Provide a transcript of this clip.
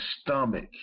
stomach